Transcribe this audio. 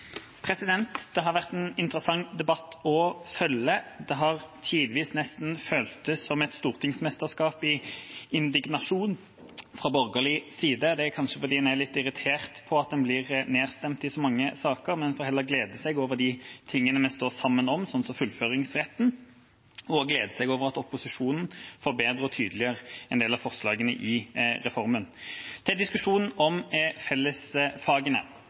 Det har vært en interessant debatt å følge. Det har tidvis nesten føltes som et stortingsmesterskap i indignasjon fra borgerlig side. Det er kanskje fordi en er litt irritert over at en blir nedstemt i så mange saker. Men en får heller glede seg over de tingene vi står sammen om, sånn som fullføringsretten, og glede seg over at opposisjonen forbedrer og tydeliggjør en del av forslagene i reformen. Til diskusjonen om fellesfagene: